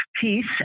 peace